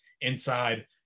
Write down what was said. inside